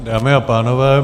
Dámy a pánové.